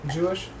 Jewish